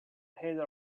heather